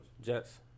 Jets